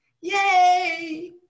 Yay